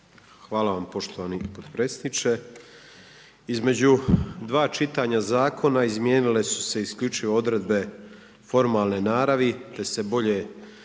Hvala vam poštovani potpredsjedniče. Između dva čitanja zakona izmijenile su se isključivo odredbe formalne naravi te se bolje